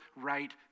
right